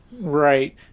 Right